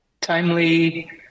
timely